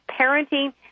parenting